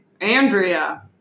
andrea